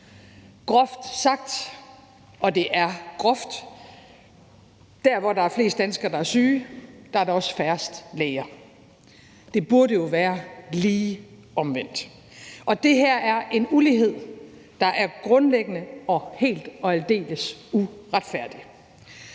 Groft sagt, og det er groft, kan man sige, at der, hvor der er flest danskere, der er syge, er der også færrest læger. Det burde jo være lige omvendt. Og det her er en ulighed, der er grundlæggende og helt og aldeles uretfærdig.